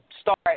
start